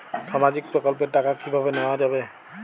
সামাজিক প্রকল্পের টাকা কিভাবে নেওয়া যাবে?